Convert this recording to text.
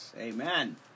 Amen